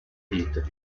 vite